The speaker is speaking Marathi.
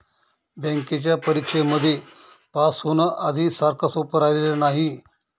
बँकेच्या परीक्षेमध्ये पास होण, आधी सारखं सोपं राहिलेलं नाही